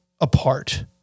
apart